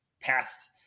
past